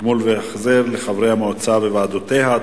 (גמול והחזר לחברי המועצה וועדותיה),